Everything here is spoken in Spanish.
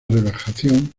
relajación